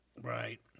Right